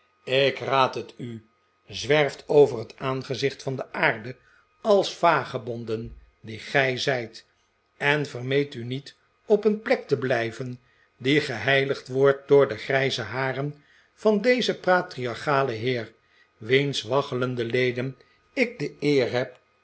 ik raad het u zwerft over het aangezicht van de aarde als vagebonden die gij zijt en vermeet u niet op een plek te blijven die geheiligd wordt door de grijze haren van dezen patriarchalen heer wiens waggelende leden ik de eer heb